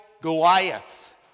Goliath